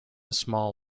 small